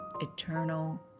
eternal